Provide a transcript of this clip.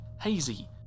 hazy